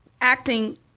Acting